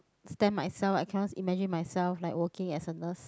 stand myself I cannot imagine myself like working as a nurse